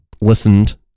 listened